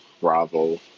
bravo